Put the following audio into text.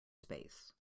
space